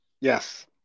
Yes